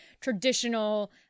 traditional